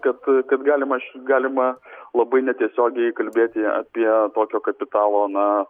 kad a kad galima ši galima labai netiesiogiai kalbėti apie tokio kapitalo na